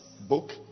book